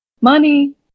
money